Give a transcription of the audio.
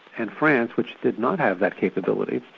and france, which did not have that capability,